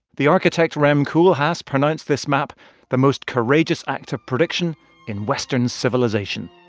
the architect rem koolhaas pronounced this map the most courageous act of prediction in western civilization